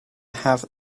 have